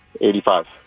Eighty-five